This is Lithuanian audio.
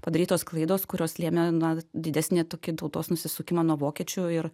padarytos klaidos kurios lėmė na didesnį tokį tautos nusisukimą nuo vokiečių ir